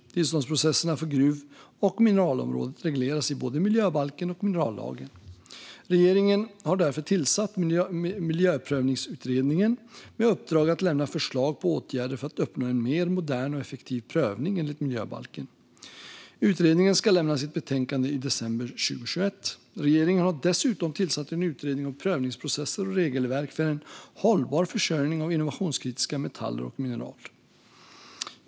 Tillståndsprocesserna på gruv och mineralområdet regleras i både miljöbalken och minerallagen . Regeringen har tillsatt Miljöprövningsutredningen med uppdrag att lämna förslag på åtgärder för att uppnå en mer modern och effektiv prövning enligt miljöbalken. Utredningen ska lämna sitt betänkande i december 2021. Regeringen har dessutom tillsatt en utredning om prövningsprocesser och regelverk för en hållbar försörjning av innovationskritiska metaller och mineral .